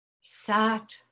sat